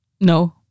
no